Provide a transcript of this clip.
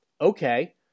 Okay